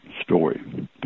story